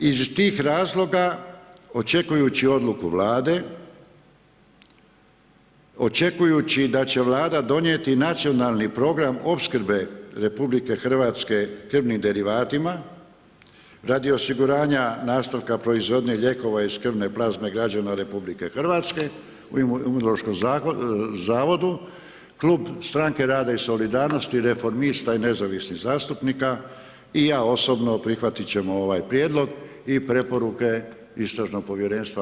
Iz tih razloga, očekujući odluku Vlade, očekujući da će Vlada donijeti nacionalni program opskrbe RH krvnim derivatima radi osiguranja nastavka proizvodnje lijekova iz krvne plazme građana RH, u Imunološkom zavodu, klub stranke Rada i solidarnosti, Reformista i nezavisnih zastupnika, i ja osobno prihvatit ćemo ovaj prijedlog i preporuke istražnog povjerenstva.